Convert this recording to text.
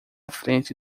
frente